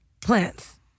plants